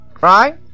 right